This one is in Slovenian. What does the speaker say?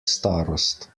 starost